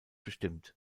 bestimmt